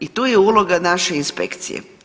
I tu je uloga naše inspekcije.